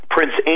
Prince